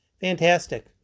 fantastic